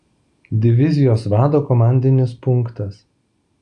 divizijos vado komandinis punktas